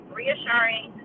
reassuring